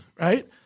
right